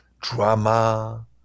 drama